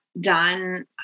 Done